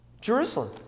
Jerusalem